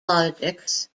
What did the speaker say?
logics